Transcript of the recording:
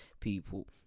people